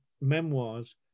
memoirs